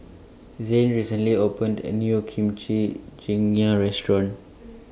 Zain recently opened A New Kimchi Jjigae Restaurant